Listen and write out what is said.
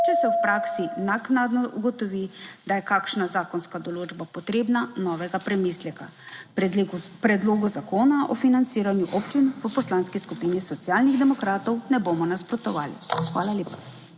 Če se v praksi naknadno ugotovi, da je kakšna zakonska določba potrebna novega premisleka. Predlogu zakona o financiranju občin v Poslanski skupini Socialnih demokratov ne bomo nasprotovali. Hvala lepa.